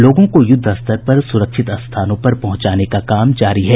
लोगों को युद्धस्तर पर सुरक्षित स्थानों पर पहुंचाने का काम जारी है